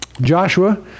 Joshua